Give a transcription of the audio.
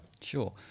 sure